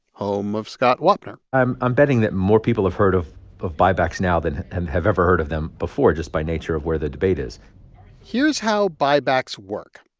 home of scott wapner i'm i'm betting that more people have heard of of buybacks now than and have ever heard of them before, just by nature of where the debate is here's how buybacks work.